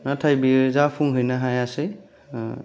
नाथाय बियो जाफुंहैनो हायासै